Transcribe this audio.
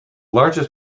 largest